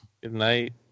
Goodnight